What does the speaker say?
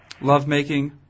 lovemaking